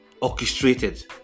orchestrated